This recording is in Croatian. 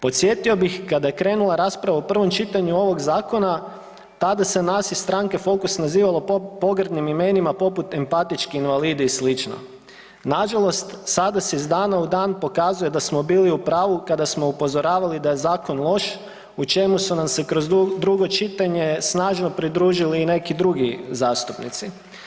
Podsjetio bih kada je krenula rasprava u prvom čitanju ovog zakona tada se nas iz Stranke Fokus nazivalo pogrdnim imenima poput empatički noalidi i sl., nažalost sada se iz dana u dan pokazuje da smo bili u pravu kada smo upozoravali da je zakon loš u čemu su nam se kroz drugo čitanje snažno pridružili i neki drugi zastupnici.